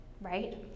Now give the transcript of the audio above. right